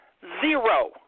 Zero